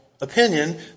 opinion